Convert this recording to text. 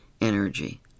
energy